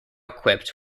equipped